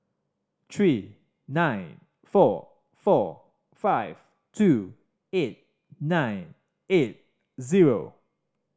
three nine four four five two eight nine eight zero